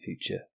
future